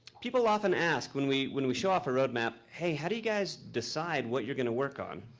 people often ask when we. when we show off a roadmap, hey, how do you guys decide what you're gonna work on?